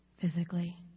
physically